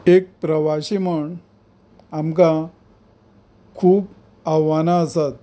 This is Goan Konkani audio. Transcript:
एक प्रवासी म्हूण आमकां खूब आव्हानां आसात